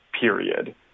period